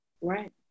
right